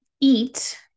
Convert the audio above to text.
eat